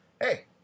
Hey